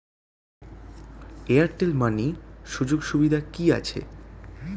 Airtel money সুযোগ সুবিধা কি আছে?